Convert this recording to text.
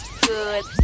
good